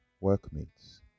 workmates